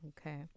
okay